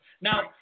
now